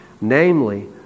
Namely